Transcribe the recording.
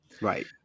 Right